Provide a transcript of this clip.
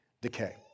decay